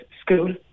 school